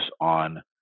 on